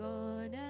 God